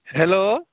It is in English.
hello